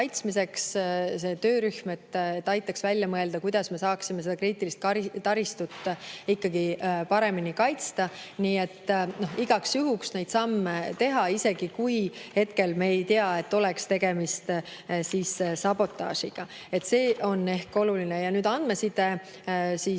et ta aitaks välja mõelda, kuidas me saaksime seda kriitilist taristut ikkagi paremini kaitsta, igaks juhuks neid samme teha, isegi kui hetkel me ei tea, et oleks tegemist sabotaažiga. See on ehk oluline. Andmesidevahetus